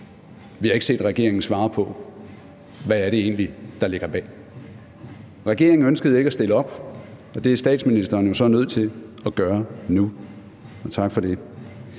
Vi har ikke set regeringen svare på, hvad det egentlig er, der ligger bag. Regeringen ønskede jo ikke at stille op, og det er statsministeren jo så nødt til at gøre nu, så tak for det.